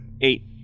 Eight